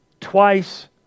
twice